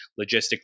logistically